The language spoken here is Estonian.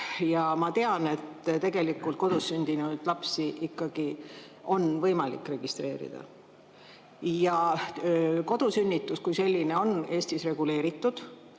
Ma tean, et tegelikult kodus sündinud lapsi ikkagi on võimalik registreerida. Ja kodusünnitus kui selline on Eestis reguleeritud.